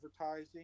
advertising